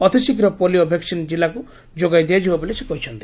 ଅତିଶୀଘ୍ର polio vaccine ଜିଲ୍ଲାକୁ ଯୋଗାଇ ଦିଆଯିବ ବୋଲି ସେ କହିଛନ୍ତି